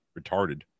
retarded